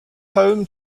home